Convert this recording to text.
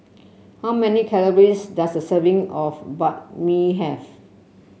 how many calories does a serving of Banh Mi have